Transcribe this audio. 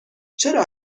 چرا